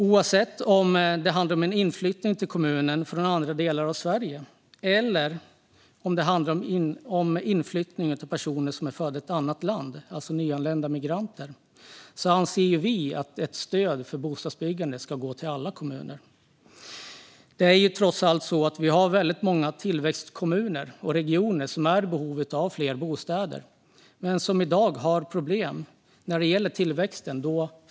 Oavsett om det handlar om inflyttning till kommunen från andra delar av Sverige eller inflyttning av personer som är födda i ett annat land, alltså nyanlända migranter, anser vi att ett stöd för bostadsbyggande ska gå till alla kommuner. Vi har trots allt väldigt många tillväxtkommuner och tillväxtregioner som är i behov av fler bostäder men som i dag har problem när det gäller tillväxten.